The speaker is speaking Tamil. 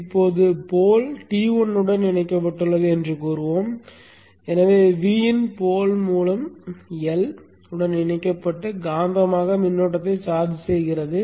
இப்போது போல்ம் T1 உடன் இணைக்கப்பட்டுள்ளது என்று கூறுவோம் எனவே Vin போல் மூலம் L உடன் இணைக்கப்பட்டு காந்தமாக மின்னோட்டத்தை சார்ஜ் செய்கிறது